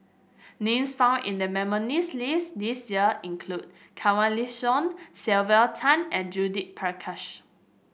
names found in the nominees' list this year include Kanwaljit Soin Sylvia Tan and Judith Prakash